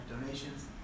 donations